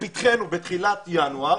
לפתחנו, בתחילת ינואר,